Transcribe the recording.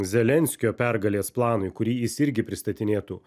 zelenskio pergalės planui kurį jis irgi pristatinėtų